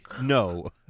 No